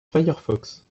firefox